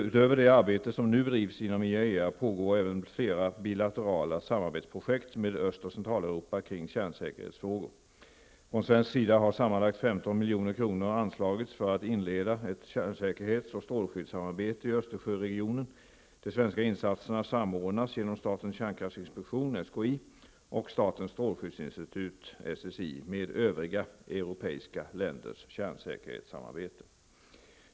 Utöver det arbete som nu bedrivs inom IAEA pågår även flera bilaterala samarbetsprojekt med Från svensk sida har sammanlagt 15 milj.kr. anslagits för att inleda ett kärnsäkerhets och strålskyddssamarbee i Östersjöregionen. De svenska insatserna samordnas genom statens kärnkraftinspektion och statens strålskyddsinstitut med övriga europeiska länders kärnsäkerhetssamarbete.